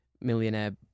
millionaire